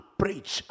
preach